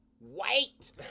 Wait